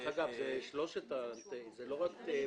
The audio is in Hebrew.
דרך אגב, זה שלוש חברות הסלולר, לא רק פלאפון.